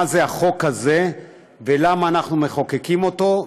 זה החוק הזה ולמה אנחנו מחוקקים אותו,